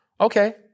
Okay